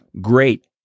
great